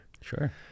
Sure